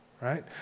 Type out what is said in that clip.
right